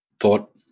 thought